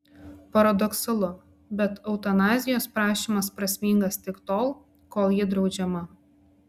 paradoksalu bet eutanazijos prašymas prasmingas tik tol kol ji draudžiama